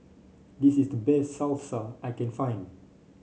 this is the best Salsa I can find